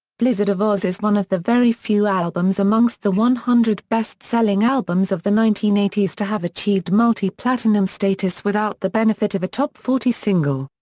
blizzard of ozz is one of the very few albums amongst the one hundred best selling albums of the nineteen eighty s to have achieved multi-platinum status without the benefit of a top forty single.